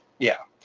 yeah.